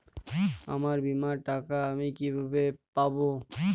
আমার বীমার টাকা আমি কিভাবে পাবো?